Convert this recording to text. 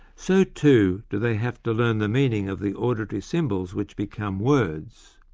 so too do they have to learn the meaning of the auditory symbols which become words.